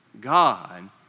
God